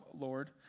Lord